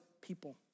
people